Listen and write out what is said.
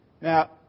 Now